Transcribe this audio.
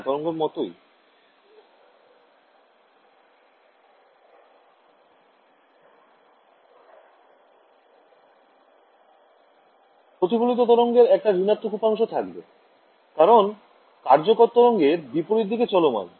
ছাত্র ছাত্রিঃ প্রতিফলিত তরঙ্গের একটা ঋণাত্মক উপাংশ থাকবে কারণ কার্যকর তরঙ্গ এর বিপরীত দিকে চলমান